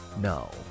No